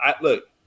Look